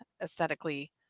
aesthetically